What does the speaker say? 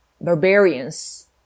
barbarians